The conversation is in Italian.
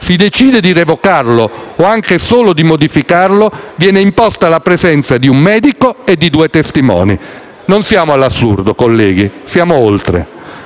si decide di revocarlo o anche solo di modificarlo, viene imposta la presenza di un medico e di due testimoni. Non siamo all'assurdo, colleghi, siamo oltre.